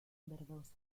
verdosa